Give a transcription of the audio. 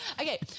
Okay